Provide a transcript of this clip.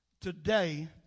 today